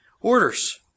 orders